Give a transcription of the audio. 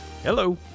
Hello